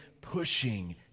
pushing